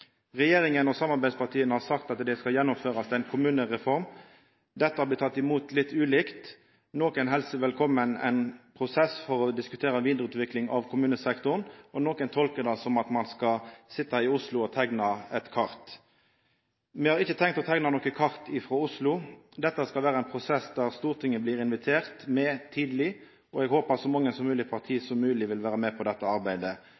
Regjeringa og samarbeidspartia har sagt at det skal gjennomførast ei kommunereform. Dette har blitt tatt litt ulikt imot. Nokon helsar velkommen ein prosess for å diskutera ei vidareutvikling av kommunesektoren, og nokon tolkar det som at ein skal sitja i Oslo og teikna eit kart. Me har ikkje tenkt å teikna noko kart frå Oslo. Dette skal vera ein prosess der Stortinget blir invitert med tidleg, og eg håpar så mange parti som mogleg vil vera med på dette arbeidet.